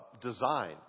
design